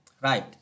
Right